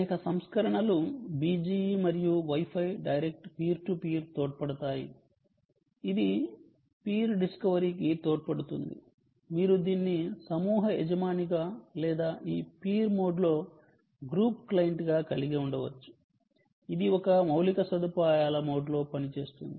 అనేక సంస్కరణలు BGE మరియు wifi direct peer to peer తోడ్పడతాయి ఇది పీర్ డిస్కవరీకి తోడ్పడుతుంది మీరు దీన్ని సమూహ యజమానిగా లేదా ఈ పీర్ మోడ్లో గ్రూప్ క్లయింట్గా కలిగి ఉండవచ్చు ఇది ఒక మౌలిక సదుపాయాల మోడ్ లో పని చేస్తుంది